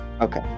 Okay